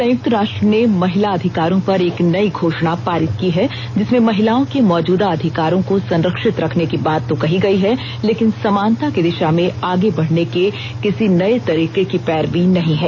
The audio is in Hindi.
संयुक्त राष्ट्र ने महिला अधिकारों पर एक नई घोषणा पारित की है जिसमें महिलाओं के मौजूदा अधिकारों को संरक्षित रखने की बात तो कही गई है लेकिन समानता की दिशा में आगे बढ़ने के किसी नए तरीके की पैरवी नहीं है